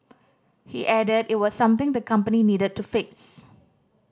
he added it was something the company needed to fix